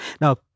Now